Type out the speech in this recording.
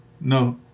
no